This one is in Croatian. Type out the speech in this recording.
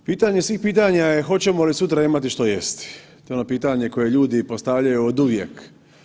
Pitanje je svih pitanja je hoćemo li sutra imati što jesti, to je ono pitanje koje ljudi postavljaju oduvijek.